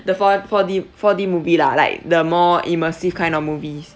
the four four D four D movie lah like the more immersive kind of movies